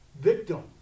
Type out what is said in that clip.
Victim